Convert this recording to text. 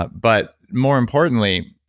but but more importantly,